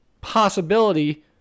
possibility